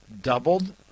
doubled